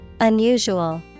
Unusual